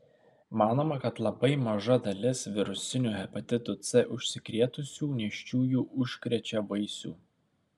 manoma kad labai maža dalis virusiniu hepatitu c užsikrėtusių nėščiųjų užkrečia vaisių